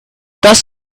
does